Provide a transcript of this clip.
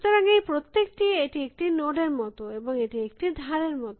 সুতরাং এই প্রত্যেকটি এটি একটি নোড এর মত এবং এটি একটি ধারের মত